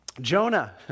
Jonah